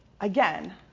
Again